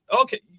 Okay